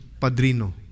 padrino